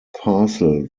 parcel